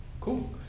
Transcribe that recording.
Cool